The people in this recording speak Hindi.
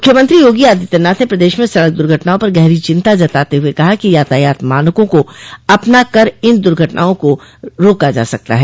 मुख्यमंत्री योगी आदित्यनाथ ने प्रदेश में सड़क दुर्घटनाओं पर गहरी चिंता जताते हुए कहा कि यातायात मानकों को अपना कर इन दुर्घटनाओं को रोका जा सकता है